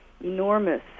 enormous